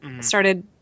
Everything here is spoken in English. started